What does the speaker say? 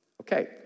Okay